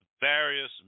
various